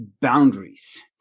boundaries